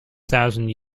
thousand